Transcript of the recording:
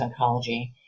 oncology